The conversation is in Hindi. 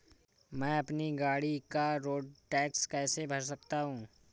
मैं अपनी गाड़ी का रोड टैक्स कैसे भर सकता हूँ?